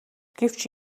гэвч